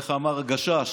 איך אמר הגשש?